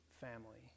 family